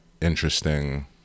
interesting